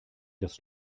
das